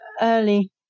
early